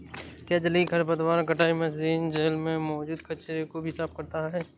क्या जलीय खरपतवार कटाई मशीन जल में मौजूद कचरे को भी साफ करता है?